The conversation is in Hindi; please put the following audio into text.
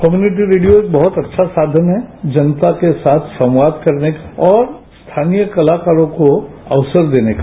कम्यूनिटी रेडियो बहुत अच्छा साधन है जनता के साथ संवाद करने का और स्थानीय कलाकारों को अवसर देने का